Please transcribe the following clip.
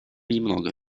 немного